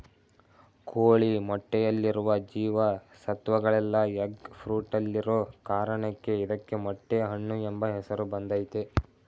ಕೋಳಿ ಮೊಟ್ಟೆಯಲ್ಲಿರುವ ಜೀವ ಸತ್ವಗಳೆಲ್ಲ ಎಗ್ ಫ್ರೂಟಲ್ಲಿರೋ ಕಾರಣಕ್ಕೆ ಇದಕ್ಕೆ ಮೊಟ್ಟೆ ಹಣ್ಣು ಎಂಬ ಹೆಸರು ಬಂದಯ್ತೆ